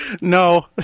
No